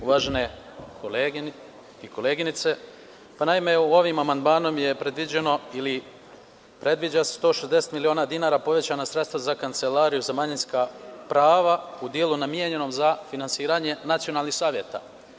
Uvažene kolege i koleginice, ovim amandmanom je predviđeno, ili predviđa se 160 miliona dinara povećanih sredstava za Kancelariju za manjinska prava u delu namenjenom za finansiranje nacionalnih saveta.